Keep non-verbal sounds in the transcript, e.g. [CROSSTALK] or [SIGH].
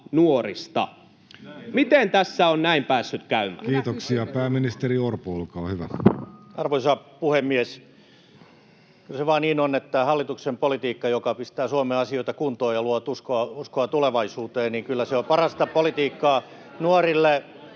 Miten tässä on näin päässyt käymään? Kiitoksia. — Pääministeri Orpo, olkaa hyvä. Arvoisa puhemies! Kyllä se vaan niin on, että hallituksen politiikka, joka pistää Suomen asioita kuntoon ja luo uskoa tulevaisuuteen, [NOISE] kyllä se on parasta politiikkaa nuorille.